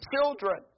children